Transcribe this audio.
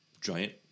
giant